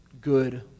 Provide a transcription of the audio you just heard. good